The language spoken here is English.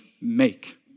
make